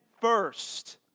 first